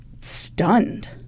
stunned